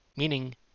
Meaning